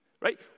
right